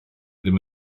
ddim